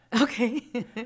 Okay